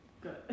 good